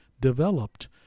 developed